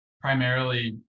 primarily